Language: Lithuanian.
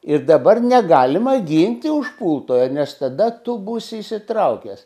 ir dabar negalima ginti užpultojo nes tada tu būsi įsitraukęs